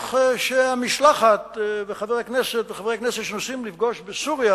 צריך שהמשלחת וחברי הכנסת שנוסעים לפגוש בסוריה